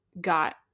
got